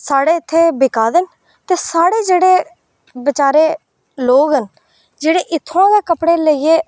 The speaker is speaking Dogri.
साढ़े इत्थै बिका दे न ते साढ़े इत्थूं दे बेचारे लोक न जेेह्ड़े इत्थुआं दा कपड़े लेइयै